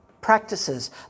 practices